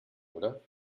oder